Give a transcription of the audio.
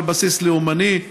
על בסיס לאומני?